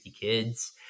kids